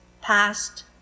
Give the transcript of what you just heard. past